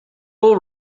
will